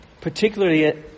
Particularly